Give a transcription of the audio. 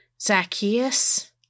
Zacchaeus